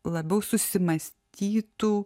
labiau susimąstytų